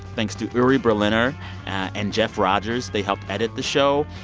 thanks to uri berliner and jeff rogers. they helped edit the show.